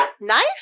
Nice